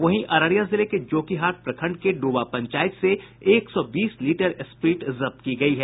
वहीं अररिया जिले के जोकीहाट प्रखंड के ड्रबा पंचायत से एक सौ बीस लीटर स्प्रीट जब्त की गयी है